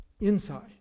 inside